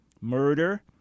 murder